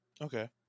okay